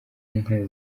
nka